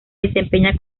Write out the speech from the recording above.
desempeña